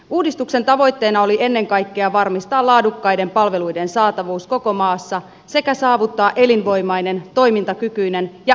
uudistuksen tavoitteena oli ennen kaikkea varmistaa laadukkaiden palveluiden saatavuus koko maassa sekä saavuttaa elinvoimainen toimintakykyinen ja eheä kuntarakenne